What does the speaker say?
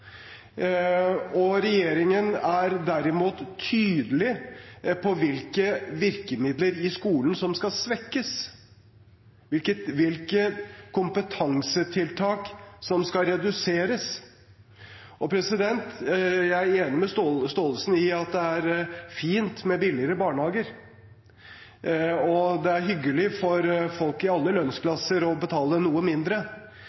Regjeringen er derimot tydelig på hvilke virkemidler i skolen som skal svekkes, hvilke kompetansetiltak som skal reduseres. Jeg er enig med representanten Gåsemyr Staalesen i at det er fint med billigere barnehager, og det er hyggelig for folk i alle lønnsklasser å betale noe mindre.